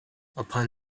upon